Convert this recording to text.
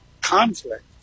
conflict